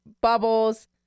bubbles